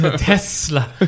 Tesla